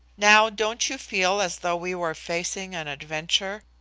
now don't you feel as though we were facing an adventure?